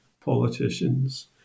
politicians